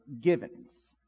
givens